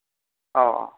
औ औ